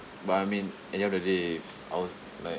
but I mean at the end of the day I was like